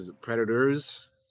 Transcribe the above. Predators